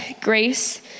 grace